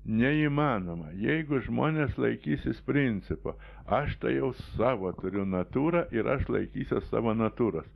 neįmanoma jeigu žmonės laikysis principo aš tai jau savo turiu natūrą ir aš laikysis savo natūros